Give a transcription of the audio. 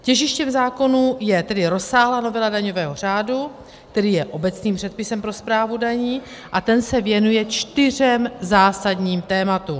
Těžištěm zákonu je tedy rozsáhlá novela daňového řádu, který je obecným předpisem pro správu daní, a ten se věnuje čtyřem zásadním tématům.